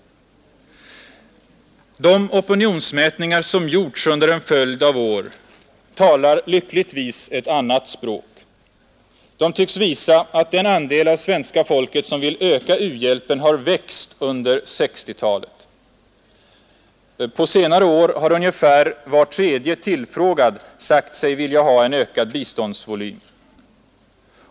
De opinionsmätningar som gjorts under en följd av år talar lyckligtvis ett annat språk. De tycks visa att den andel av svenska folket som vill öka u-hjälpen har växt under 1960-talet. På senare år har ungefär var tredje tillfrågad sagt sig vilja ha en ökad biståndsvolym.